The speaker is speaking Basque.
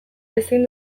ezin